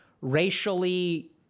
racially